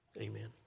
Amen